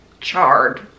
charred